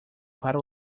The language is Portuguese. para